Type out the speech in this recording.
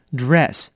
dress